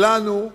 שלנו,